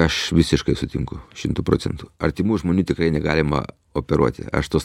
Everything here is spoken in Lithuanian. aš visiškai sutinku šimtu procentų artimų žmonių tikrai negalima operuoti aš tos